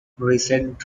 recent